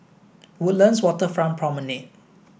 Woodlands Waterfront Promenade